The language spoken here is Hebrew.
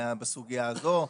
בסוגיה הזו.